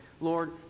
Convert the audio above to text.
Lord